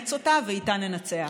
נאמץ אותה ואיתה ננצח.